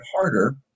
harder